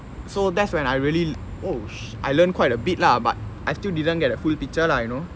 so that's when I really I oh shit I learn quite a bit lah but I still didn't get the full picture you know